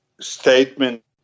statement